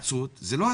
בהתייעצות זה לא הסכמה.